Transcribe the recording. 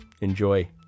enjoy